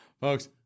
folks